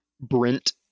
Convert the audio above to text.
brent